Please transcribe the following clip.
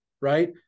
right